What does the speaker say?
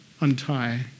untie